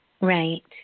Right